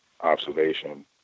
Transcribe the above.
observation